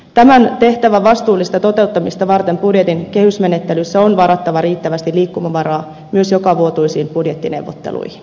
tämän tehtävän vastuullista toteuttamista varten budjetin kehysmenettelyssä on varattava riittävästi liikkumavaraa myös jokavuotisiin budjettineuvotteluihin